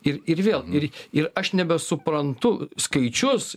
ir ir vėl ir ir aš nebesuprantu skaičius